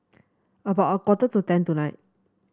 about a quarter to ten tonight